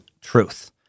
truth